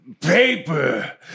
paper